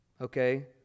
Okay